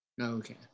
Okay